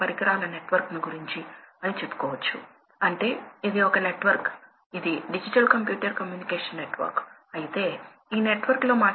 పరిశ్రమలో చాలా ప్రాబల్యం ఉన్న ఒక రకమైన అప్లికేషన్ కోసం మనం ఇది చూడబోతున్నాం